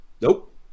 nope